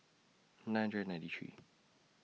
nine hundred ninety three